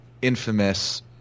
infamous